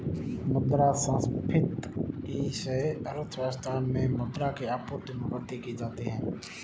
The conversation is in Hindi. मुद्रा संस्फिति से अर्थव्यवस्था में मुद्रा की आपूर्ति में वृद्धि की जाती है